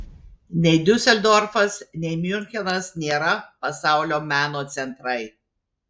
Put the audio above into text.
nei diuseldorfas nei miunchenas nėra pasaulio meno centrai